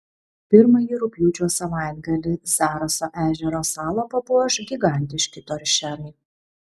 pirmąjį rugpjūčio savaitgalį zaraso ežero salą papuoš gigantiški toršerai